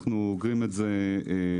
אנחנו אוגרים את זה במפעלים.